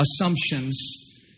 assumptions